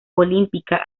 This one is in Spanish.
olímpica